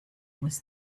was